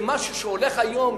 איזה משהו שהולך היום.